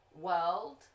world